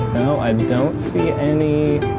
no i don't see any